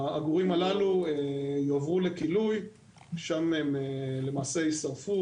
העגורים הללו יועברו לכילוי, שם הם למעשה יישרפו